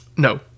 No